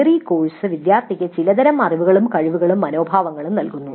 theory course വിദ്യാർത്ഥിക്ക് ചിലതരം അറിവും കഴിവുകളും മനോഭാവങ്ങളും നൽകുന്നു